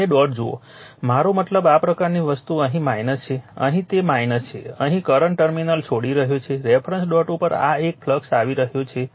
બંને ડોટ જુઓ મારો મતલબ આ પ્રકારની વસ્તુ અહીં છે અહીં તે છે અહીં કરંટ ટર્મિનલ છોડી રહ્યો છે રેફરન્સ ડોટ ઉપર આ એક ફ્લક્સ આવી રહયો છે